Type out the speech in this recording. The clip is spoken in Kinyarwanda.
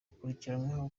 akurikiranweho